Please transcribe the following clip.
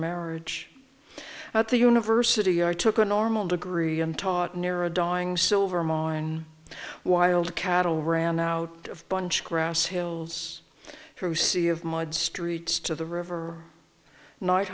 marriage at the university i took a normal degree and taught near a dying silver mine wild cattle ran out of bunch grass hills through sea of mud streets to the river night